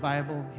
Bible